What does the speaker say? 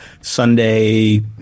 Sunday